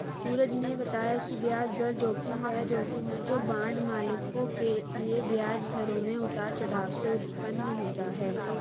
सूरज ने बताया कि ब्याज दर जोखिम वह जोखिम है जो बांड मालिकों के लिए ब्याज दरों में उतार चढ़ाव से उत्पन्न होता है